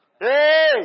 Hey